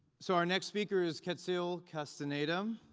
so our next speaker is quetzil castaneda.